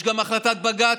יש גם החלטת בג"ץ,